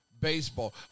Baseball